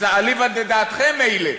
אליבא דדעתכם, מילא.